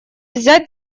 взять